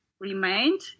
remained